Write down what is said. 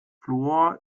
fluor